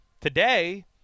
Today